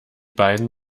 beiden